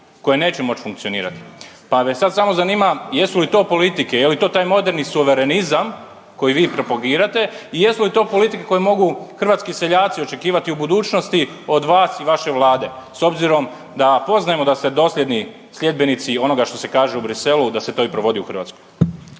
koje neće moći funkcionirati. Pa me sad samo zanima jesu li to politike, je li to taj moderni suverenizam koji vi propagirate i jesu li to politike koje mogu hrvatski seljaci očekivati u budućnosti od vas i vaše Vlade s obzirom da poznajemo da ste dosljedni sljedbenici onoga što se kaže u Bruxellesu da se to i provodi u Hrvatskoj?